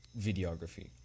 videography